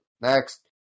Next